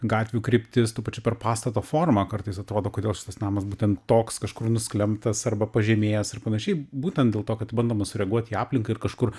gatvių kryptis tuo pačiu per pastato formą kartais atrodo kodėl šitas namas būtent toks kažkur nusklembtas arba pažemėjęs ir panašiai būtent dėl to kad bandoma sureaguot į aplinką ir kažkur